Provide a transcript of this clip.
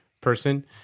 person